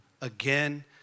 again